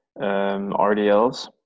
rdls